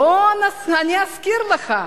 בוא אני אזכיר לך,